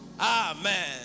Amen